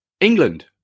England